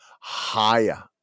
higher